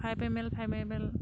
five M L five M L